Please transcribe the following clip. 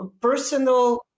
personal